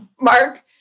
Mark